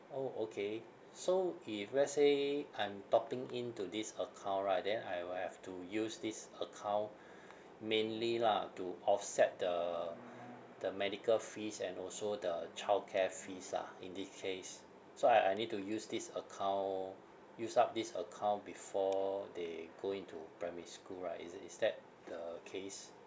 orh okay so if let's say I'm topping in to this account right then I will have to use this account mainly lah to offset the the medical fees and also the childcare fees lah in this case so I I need to use this account use up this account before they go into primary school right is it is that the case